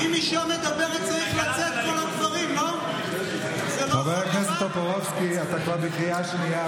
ליאיר לפיד יש שלוש